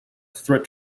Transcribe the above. threat